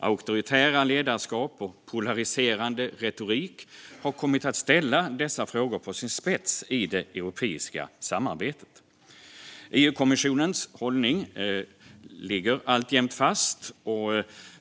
Auktoritära ledarskap och polariserande retorik har kommit att ställa dessa frågor på sin spets i det europeiska samarbetet. EU-kommissionens hållning ligger alltjämt fast.